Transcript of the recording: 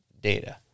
data